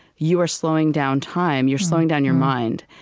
you are slowing down time. you're slowing down your mind.